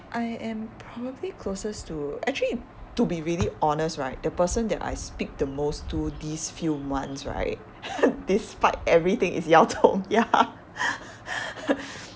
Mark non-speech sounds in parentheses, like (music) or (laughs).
I am probably closest to actually to be really honest right the person that I speak the most to these few months right (laughs) despite everything is yao zhong ya (laughs)